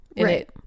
Right